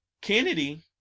Kennedy